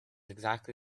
exactly